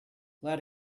let